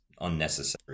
unnecessary